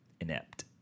inept